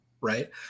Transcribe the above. right